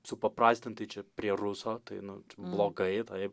supaprastintai čia prie ruso tai nu blogai taip